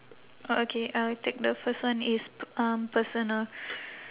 okay uh take the first one it's p~ um personal